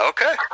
Okay